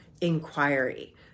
inquiry